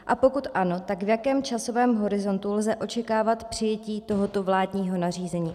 A pokud ano, tak v jakém časovém horizontu lze očekávat přijetí tohoto vládního nařízení.